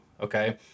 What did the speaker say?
okay